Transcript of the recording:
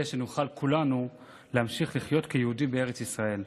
שנוכל כולנו להמשיך לחיות כיהודים בארץ ישראל.